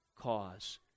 cause